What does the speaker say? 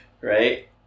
Right